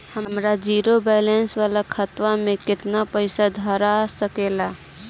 हमार zero balance वाला खतवा म केतना पईसा धरा सकेला?